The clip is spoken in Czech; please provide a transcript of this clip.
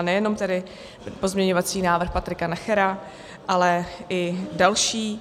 Nejenom tedy pozměňovací návrh Patrika Nachera, ale i další.